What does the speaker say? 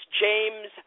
james